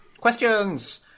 Questions